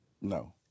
No